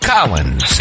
Collins